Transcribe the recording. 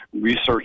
research